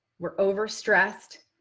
we're overstressed.